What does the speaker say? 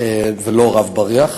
ולא "רב בריח".